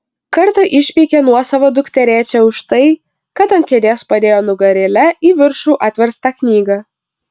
kartą išpeikė nuosavą dukterėčią už tai kad ant kėdės padėjo nugarėle į viršų atverstą knygą